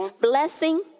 blessing